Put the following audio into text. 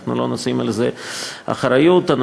אנחנו לא נושאים באחריות לזה.